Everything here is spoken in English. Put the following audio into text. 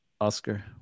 Oscar